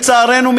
לצערנו,